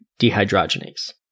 dehydrogenase